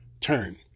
Turn